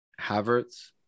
Havertz